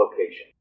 location